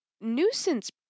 Nuisance